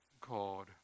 called